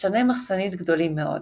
משתני מחסנית גדולים מאוד